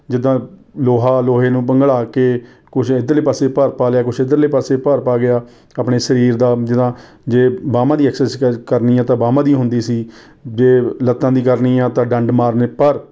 ਜਿੱਦਾਂ ਲੋਹਾ ਲੋਹੇ ਨੂੰ ਪਿੰਗਲਾ ਕੇ ਕੁਛ ਇੱਧਰਲੇ ਪਾਸੇ ਭਾਰ ਪਾ ਲਿਆ ਕੁਝ ਇੱਧਰਲੇ ਪਾਸੇ ਭਾਰ ਪਾ ਲਿਆ ਆਪਣੇ ਸਰੀਰ ਦਾ ਜਿੱਦਾਂ ਜੇ ਬਾਹਵਾਂ ਦੀ ਐਕਸਰਸਾਇਜ਼ ਕਰਨੀ ਹੈ ਤਾਂ ਬਾਹਵਾਂ ਦੀ ਹੁੰਦੀ ਸੀ ਜੇ ਲੱਤਾਂ ਦੀ ਕਰਨੀ ਆ ਤਾਂ ਡੰਡ ਮਾਰਨੇ ਪਰ